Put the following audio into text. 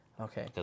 Okay